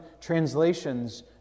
translations